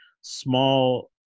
small